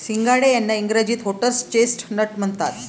सिंघाडे यांना इंग्रजीत व्होटर्स चेस्टनट म्हणतात